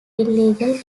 illegal